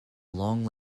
long